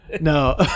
No